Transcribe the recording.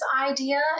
idea